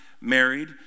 married